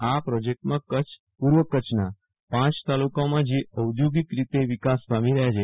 આ પ્રોજેક્ટમાં પુર્વ કચ્છના પાંચ તાલુકાઓમાં જે ઔદ્યોગિક રીતે વિકાસ પામી રહ્યા છે